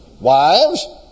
Wives